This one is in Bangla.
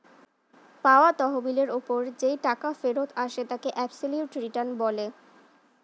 পাওয়া তহবিলের ওপর যেই টাকা ফেরত আসে তাকে অ্যাবসোলিউট রিটার্ন বলে